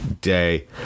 day